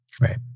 right